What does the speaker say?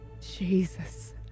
Jesus